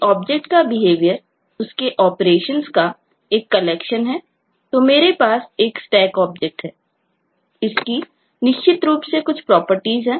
किसी ऑब्जेक्ट हैं